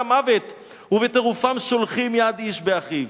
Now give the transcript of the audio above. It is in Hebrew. המוות ובטירופם שולחים יד איש באחיו".